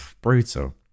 Brutal